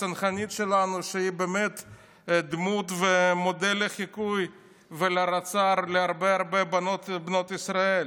הצנחנית שלנו שהיא דמות ומודל לחיקוי ולהערצה להרבה בנות ישראל.